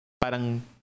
parang